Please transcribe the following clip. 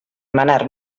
manar